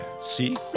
See